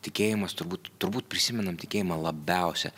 tikėjimas turbūt turbūt prisimenam tikėjimą labiausia